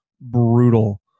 brutal